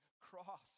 cross